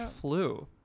flu